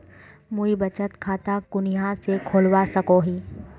मुई बचत खता कुनियाँ से खोलवा सको ही?